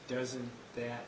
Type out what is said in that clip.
there isn't that